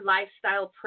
Lifestyle